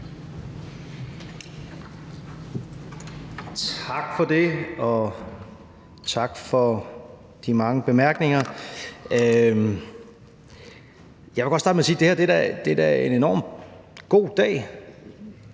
Tak for det, og tak for de mange bemærkninger. Jeg vil godt starte med at sige, at det her da er en enormt god dag.